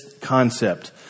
concept